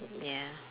ya